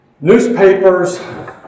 Newspapers